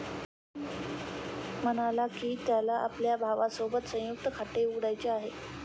मोहन म्हणाला की, त्याला आपल्या भावासोबत संयुक्त खाते उघडायचे आहे